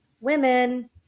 women